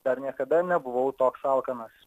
dar niekada nebuvau toks alkanas